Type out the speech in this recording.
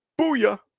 booyah